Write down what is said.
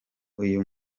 uyu